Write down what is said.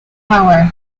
power